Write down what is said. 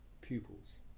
pupils